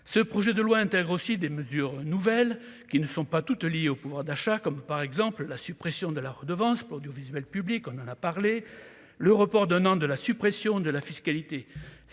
ce projet de loi intègre aussi des mesures nouvelles qui ne sont pas toutes liées au pouvoir d'achat, comme par exemple la suppression de la redevance pour audiovisuel public, on en a parlé le report d'un an de la suppression de la fiscalité